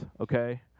okay